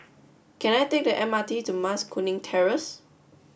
can I take the M R T to Mas Kuning Terrace